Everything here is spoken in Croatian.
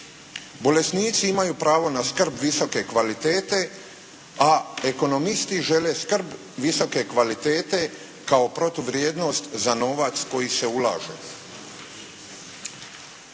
Bolesnici imaju pravo na skrb visoke kvalitete, a ekonomisti žele skrb visoke kvalitete kao protuvrijednost za novac koji se ulaže.